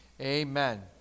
Amen